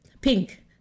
pink